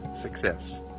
success